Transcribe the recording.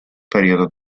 periodo